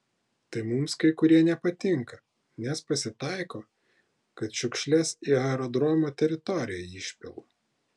tai mums kai kurie nepatinka nes pasitaiko kad šiukšles į aerodromo teritoriją išpila